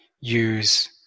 use